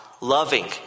loving